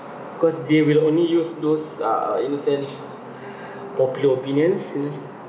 cause they will only use those uh in a sense popular opinions in a sens~